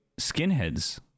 skinheads